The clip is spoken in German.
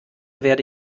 werde